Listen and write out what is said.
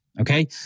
Okay